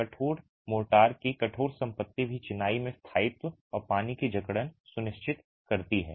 कठोर मोर्टार की कठोर संपत्ति भी चिनाई में स्थायित्व और पानी की जकड़न सुनिश्चित करती है